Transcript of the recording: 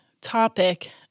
topic